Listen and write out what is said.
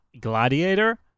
Gladiator